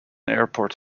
airport